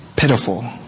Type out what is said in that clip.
Pitiful